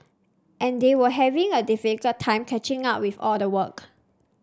and they were having a difficult time catching up with all the work